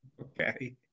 Okay